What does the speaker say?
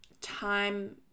Time